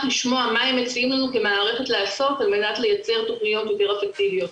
לשמוע מה הם מציעים לנו כמערכת לעשות על מנת לייצר תוכניות יותר אפקטיביות.